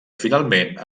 finalment